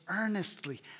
earnestly